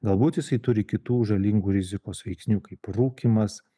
galbūt jisai turi kitų žalingų rizikos veiksnių kaip rūkymas